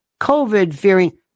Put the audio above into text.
COVID-fearing